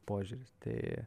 požiūris tai